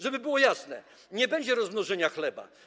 Żeby było jasne, nie będzie rozmnożenia chleba.